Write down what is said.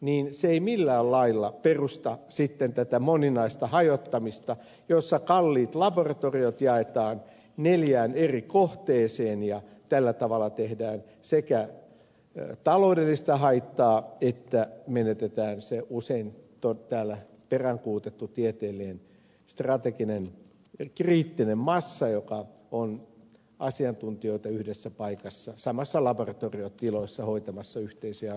niiden yhteensaattaminen ei millään lailla perustele tätä moninaista hajottamista jossa kalliisti rakennetut laboratoriot jaetaan neljään eri osaan ja tällä tavalla sekä tehdään taloudellista haittaa että menetetään usein täällä peräänkuulutettu tieteellinen strateginen kriittinen massa joka tarkoittaa asiantuntijoita yhdessä paikassa samoissa laboratoriotiloissa hoitamassa yhteisiä asioitaan